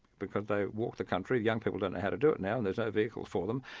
because they walk the country young people don't know how to do it now, and there's no vehicles for them.